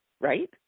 right